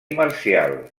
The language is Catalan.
marcial